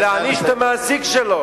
ומענישים את המעסיק שלו.